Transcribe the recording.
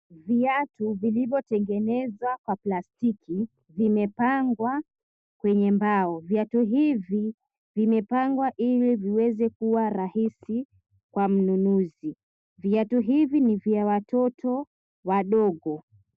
Viatu, vilivyotengenezwa kwa plastiki vimepangwa kwenye mbao. Viatu hivi, vimepangwa ili viweze kuwa rahisi kwa mnunuzi. Viatu hivi ni vya watoto wadogo.